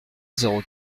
zéro